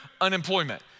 unemployment